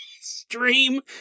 stream